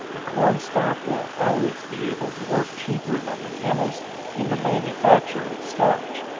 the cornstalk will always be able to work cheaper than the chemist in the manufacture of starch.